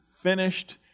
finished